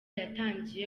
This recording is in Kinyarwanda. yatangiye